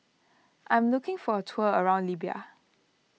I'm looking for a tour around Libya